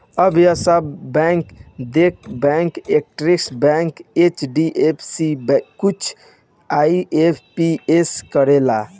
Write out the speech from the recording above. अब Yes Bank, Dena Bank, Axis Bank, HDFC कुल IMPS करेला